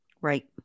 Right